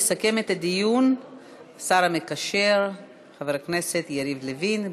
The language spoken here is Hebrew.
יסכם את הדיון השר המקשר חבר הכנסת יריב לוין.